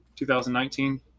2019